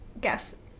guess